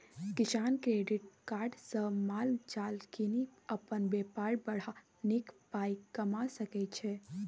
किसान credit card सँ माल जाल कीनि अपन बेपार बढ़ा नीक पाइ कमा सकै छै